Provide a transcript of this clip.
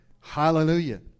Hallelujah